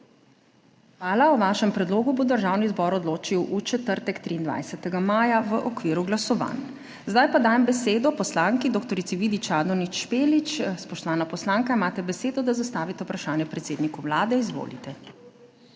Torej, o vašem predlogu bo Državni zbor odločil v četrtek, 23. maja, v okviru glasovanj. Zdaj pa dajem besedo poslanki Tamari Vonta. Spoštovana poslanka, imate besedo, da zastavite vprašanje predsedniku Vlade, izvolite.